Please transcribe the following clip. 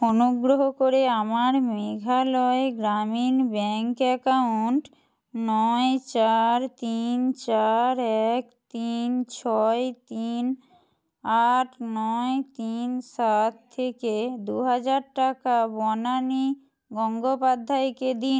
অনুগ্রহ করে আমার মেঘালয় গ্রামীণ ব্যাঙ্ক অ্যাকাউন্ট নয় চার তিন চার এক তিন ছয় তিন আট নয় তিন সাত থেকে দু হাজার টাকা বনানী গঙ্গোপাধ্যায়কে দিন